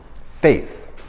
Faith